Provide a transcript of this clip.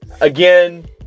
again